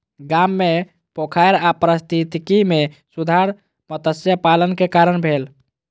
गाम मे पोखैर आ पारिस्थितिकी मे सुधार मत्स्य पालन के कारण भेल